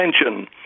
attention